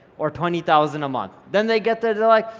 or twenty thousand a month? then they get there. they're like,